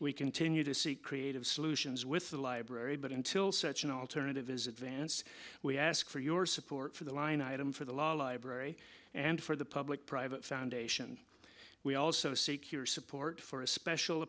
we continue to seek creative solutions with the library but until such an alternative is advanced we ask for your support for the line item for the law library and for the public private foundation we also seek your support for a special